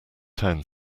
town